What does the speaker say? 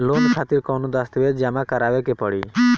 Loan खातिर कौनो दस्तावेज जमा करावे के पड़ी?